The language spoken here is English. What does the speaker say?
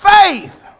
Faith